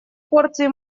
порции